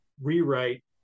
rewrite